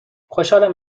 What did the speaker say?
خوشحالم